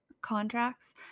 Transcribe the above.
contracts